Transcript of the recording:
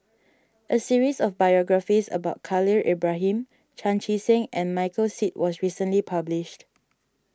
a series of biographies about Khalil Ibrahim Chan Chee Seng and Michael Seet was recently published